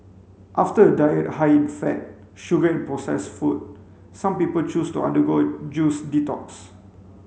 after a diet high in fat sugar and processed food some people choose to undergo a juice detox